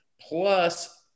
plus